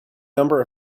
number